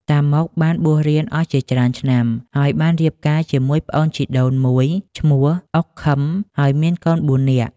តាម៉ុក បានបួសរៀនអស់ជាច្រើនឆ្នាំ ហើយ បានរៀបការជាមួយប្អូនជីដូនមួយឈ្មោះ អ៊ុក ឃឹម ហើយមានកូនបួននាក់។